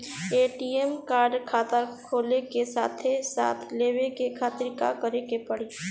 ATM card खाता खुले के साथे साथ लेवे खातिर का करे के पड़ी?